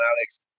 Alex